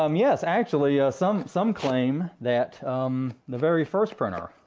um yes, actually, some some claim that the very first printer